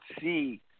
see